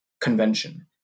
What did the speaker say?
convention